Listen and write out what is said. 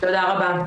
תודה רבה.